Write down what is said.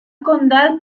condal